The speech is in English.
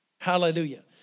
Hallelujah